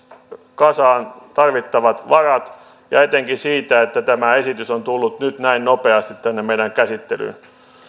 kasaan tarvittavat varat ja etenkin siitä että tämä esitys on tullut nyt näin nopeasti tänne meidän käsittelyyn